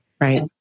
Right